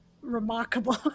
remarkable